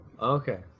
Okay